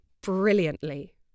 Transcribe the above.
brilliantly